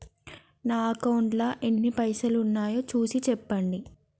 నా అకౌంట్లో ఎన్ని పైసలు ఉన్నాయి చూసి చెప్పండి?